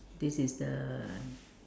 this is the